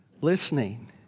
listening